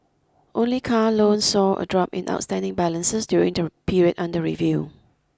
only car loans saw a drop in outstanding balances during the period under review